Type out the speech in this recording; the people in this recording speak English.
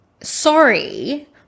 Sorry